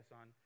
on